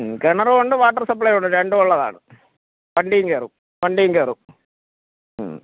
മ്മ് കിണറും ഉണ്ട് വാട്ടർ സപ്ലൈയും ഉണ്ട് രണ്ടും ഉള്ളതാണ് വണ്ടിയും കയറും വണ്ടിയും കയറും മ്മ്